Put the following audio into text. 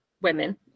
women